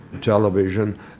television